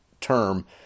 term